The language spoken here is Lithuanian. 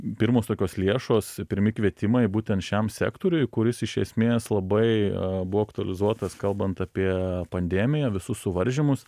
pirmos tokios lėšos pirmi kvietimai būtent šiam sektoriui kuris iš esmės labai buvo aktualizuotas kalbant apie pandemiją visus suvaržymus